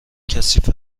کثیف